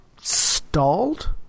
stalled